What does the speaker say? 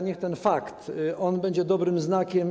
Niech ten fakt będzie dobrym znakiem.